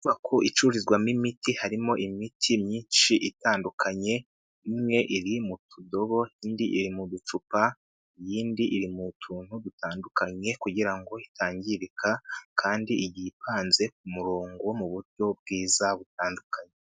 Inyubako icururizwamo imiti harimo imiti myinshi itandukanye imwe iri mu tudobo, indi iri mu gucupa, iy'indi iri mu tuntu dutandukanye kugira ngo itangirika kandi igiye ipanze ku murongo mu buryo bwiza butandukanye.